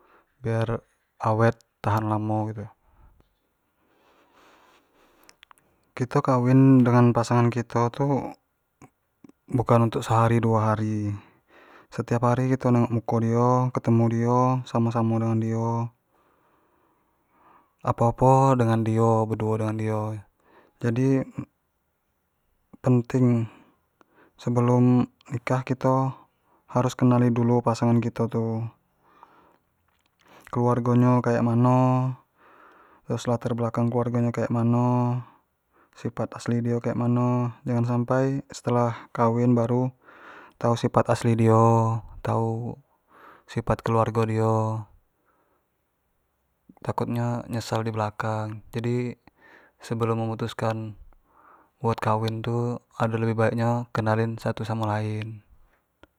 Biar awet tahan lamo gitu kito kawin dengan pasangan kito tu, bukan untuk se hatri duo hari setiap hari kito nengok muko dio, ketemu dio, samo samo dengan dio apo apo dengan dio jadi penting nian sebelum nikah kito harus kenali dulun pasangan kito tu keluargo dio kek mano, terus latar belakang keluargo nyo kek mano, sifat asli dio kek mano, jangan sampai setelah kawin baru tau sifat asli dio, tau sifat keluargo dio, takutnyo nyesal di belakang, jadi sebelum memutuskan untuk kawin tu ado lebih baik nyo kenalin satu samo lain.